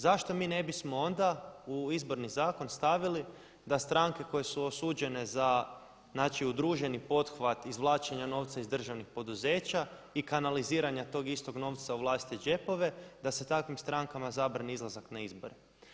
Zašto mi ne bismo onda u Izborni zakon stavili da stranke koje su osuđene za znači udruženi pothvat izvlačenja novca iz državnih poduzeća i kanaliziranja tog istog novca u vlastite džepove da se takvim strankama zabrani izlazak na izbore.